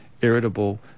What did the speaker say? irritable